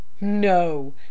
no